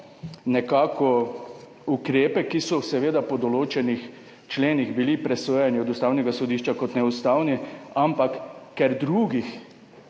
imamo ukrepe, ki so seveda po določenih členih bili presojeni od Ustavnega sodišča kot neustavni, ampak ker drugih